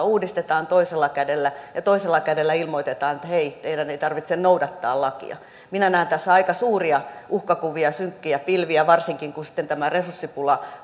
uudistetaan toisella kädellä ja toisella kädellä ilmoitetaan että hei teidän ei tarvitse noudattaa lakia minä näen tässä aika suuria uhkakuvia synkkiä pilviä varsinkin kun sitten tämä resurssipula